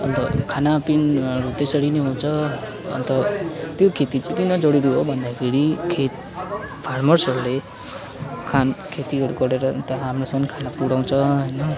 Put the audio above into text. अन्त खानापिनाहरू त्यसरी नै हुन्छ अन्त त्यो खेती चाहिँ किन जरुरी हो भन्दाखेरि खेत फार्मर्सहरूले काम खेतीहरू गरेर अन्त हाम्रोसम्म खाना पुऱ्याउँछ होइन